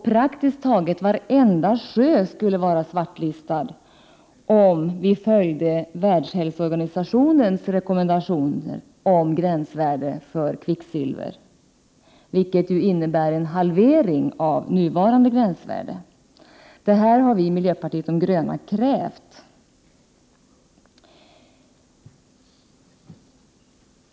Praktiskt taget varenda sjö skulle vara svartlistad om vi följde världshälosorganisationens rekommendationer om gränsvärden för kvicksilver, vilket skulle innebära en halvering av nuvarande gränsvärden. Detta har vi, miljöpartiet de gröna, krävt.